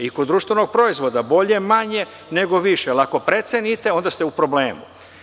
I kod društvenog proizvoda, bolje manje nego više, jer ako precenite, onda ste u problemu.